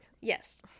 yes